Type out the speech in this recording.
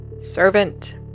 Servant